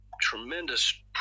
tremendous